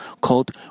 called